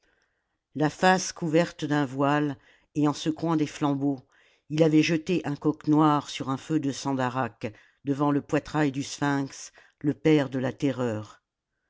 la face couverte d'un voile et en secouant des flambeaux il avait jeté un coq noir sur un feu de sandaraque devant le poitrail du sphinx le père de la terreur